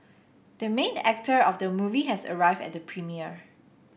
the main actor of the movie has arrived at the premiere